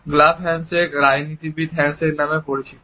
glove handshake রাজনীতিবিদ handshake হিসাবেও পরিচিত